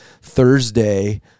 Thursday